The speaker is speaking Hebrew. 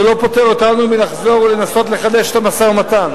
זה לא פוטר אותנו מלחזור לנסות ולחדש את המשא-ומתן.